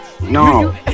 No